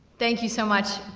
thank you so much,